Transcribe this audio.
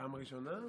פעם ראשונה?